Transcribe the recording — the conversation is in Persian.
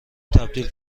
تبدیل